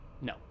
No